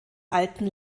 alten